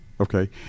okay